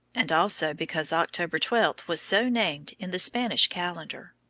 and also because october twelve was so named in the spanish calendar.